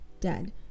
dead